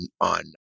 on